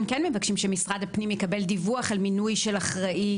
הם כן מבקשים שמשרד הפנים יקבל דיווח על מינוי של אחראי.